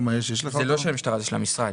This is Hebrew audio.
זה לא של המשטרה, זה של המשרד.